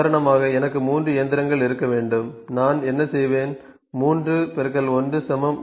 உதாரணமாக எனக்கு 3 இயந்திரங்கள் இருக்க வேண்டும் நான் என்ன செய்வேன் 3 1 3